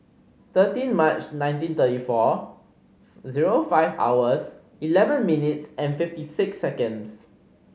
thirteen March nineteen thirty four zero five hours eleven minutes and fifty six seconds